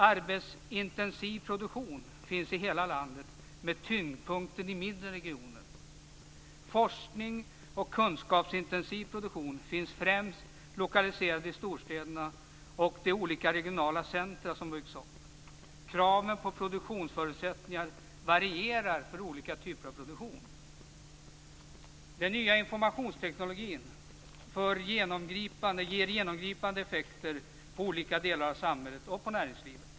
Arbetsintensiv produktion finns i hela landet med tyngdpunkten i mindre regioner. Forskning och kunskapsintensiv produktion finns främst lokaliserad till storstäderna och till de lokala centrum som byggs upp. Kraven på produktionsförutsättningar varierar för olika typer av produktion. Den nya informationstekniken ger genomgripande effekter på olika delar av samhället och på näringslivet.